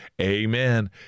Amen